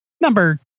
number